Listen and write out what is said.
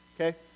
Okay